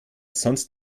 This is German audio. sonst